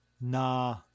nah